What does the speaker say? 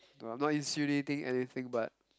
well I'm not insinuating anything but